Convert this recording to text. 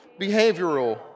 behavioral